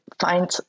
find